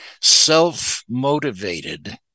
self-motivated